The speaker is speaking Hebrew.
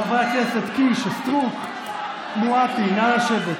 חברי הכנסת קיש, סטרוק, מואטי, נא לשבת.